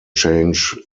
change